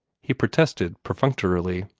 he protested perfunctorily.